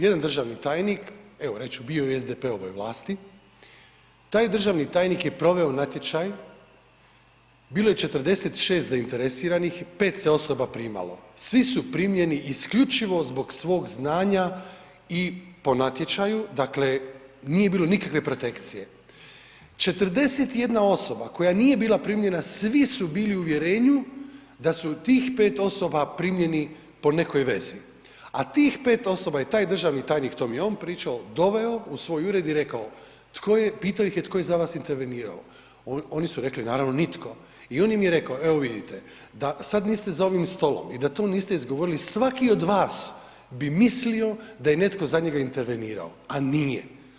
Jedan državni tajnik, evo reći ću, bio je u SDP-ovoj vlasti, taj državni tajnik je proveo natječaj, bilo je 46 zainteresiranih, 5 se osoba primalo, svi su primljeni isključivo zbog svog znanja i po natječaju, dakle, nije bilo nikakve protekcije, 41 osoba koja nije bila primljena, svi su bili u uvjerenju da su tih 5 osoba primljeni po nekoj vezi, a tih 5 osoba je taj državni tajnik, to mi je on pričao, doveo u svoj ured i rekao, pitao ih je tko je za vas intervenirao, oni su rekli, naravno, nitko i on im je rekao, evo vidite, da sad niste za ovim stolom i da to niste izgovorili, svaki od vas bi mislio da je netko za njega intervenirao, a nije.